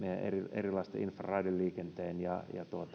erilaisten raideliikenteen ja